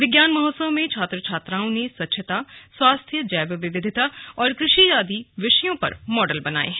विज्ञान महोत्सव में छात्र छात्राओं ने स्वच्छता स्वास्थ्य जैव विविधता और कृषि आदि विषयों पर मॉडल बनाये हैं